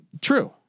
True